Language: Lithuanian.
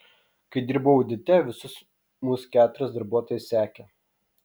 kai dirbau audite visas mus keturias darbuotojas sekė